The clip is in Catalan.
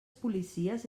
policies